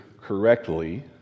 correctly